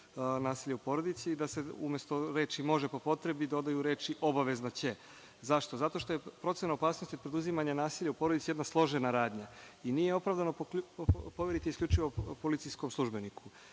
nasilja u porodici i da se umesto reči „može po potrebi“, dodaju reči „obavezno će“. Zašto? Zato što je procena opasnosti preduzimanje nasilja u porodici jedna složena radnja, i nije opravdano poveriti isključivo policijskom službeniku.